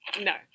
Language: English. No